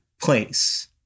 place